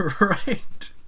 Right